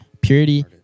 Purity